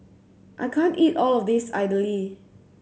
I can't eat all of this Idly